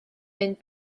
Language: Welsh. mynd